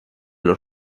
los